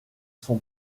son